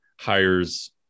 hires